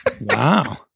Wow